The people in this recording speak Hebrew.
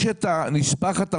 יש את הנספח של חשכ"ל,